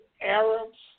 Arabs